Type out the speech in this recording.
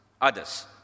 others